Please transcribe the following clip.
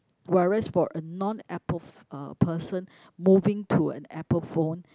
whereas for a non Apple uh person moving to an Apple phone